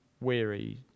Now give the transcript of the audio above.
weary